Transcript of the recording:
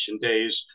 days